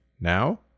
Now